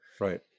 right